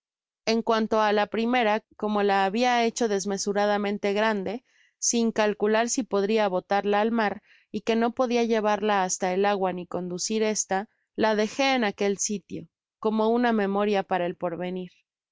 en cuanto á la primera como la habia hecho desmesuradamente grande sin calcular si podria botarla al mar y que no podia llevarla hasta el agua ni coaducir esta la dejé en aquel sitio como una memoria para el porvenir